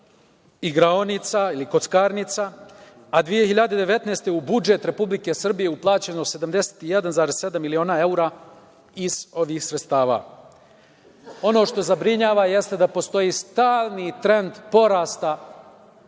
igraonica ili kockarnica, a 2019. godine u budžet Republike Srbije je uplaćeno 71,7 miliona evra iz ovih sredstava. Ono što zabrinjava jeste da postoji stalni trend porasta